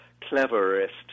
cleverest